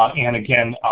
um and again,